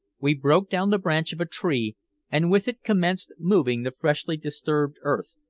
we broke down the branch of a tree and with it commenced moving the freshly disturbed earth,